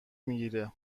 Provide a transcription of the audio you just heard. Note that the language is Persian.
میگیره